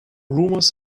rumors